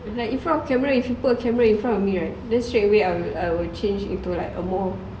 like in front of camera if you put a camera in front of me right then straightaway I will I will change into a more